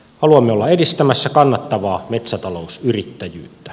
haluamme olla edistämässä kannattavaa metsätalousyrittäjyyttä